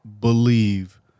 believe